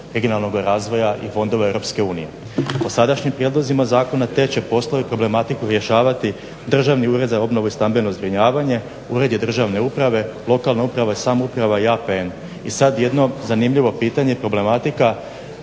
regionalnog razvoja i fondova Europske unije. Dosadašnjim prijedlozima zakona te će poslove i problematiku rješavati Državni ured za obnovu i stambeno zbrinjavanje, uredi državne uprave, lokalna uprava i samouprava i APN. I sad jedno zanimljivo pitanje, problematika